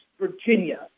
Virginia –